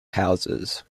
houses